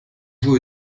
jouer